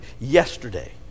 yesterday